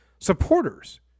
supporters